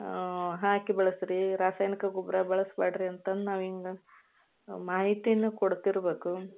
ಹಾಕಿ ಬೆಳೆಸಿರಿ ರಾಸಾಯನಿಕ ಗೊಬ್ಬರ ಬಳಸ್ಬೇಡ್ರಿ ಅಂತಂದು ನಾವು ಹಿಂಗ ಮಾಹಿತಿನ್ನ ಕೊಡ್ತಿರಬೇಕು